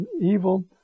evil